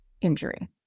injury